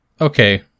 okay